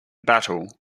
battle